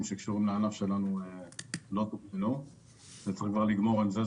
שקשורים לענף שלנו לא תוקנו וצריך כבר לגמור עם זה.